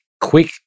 quick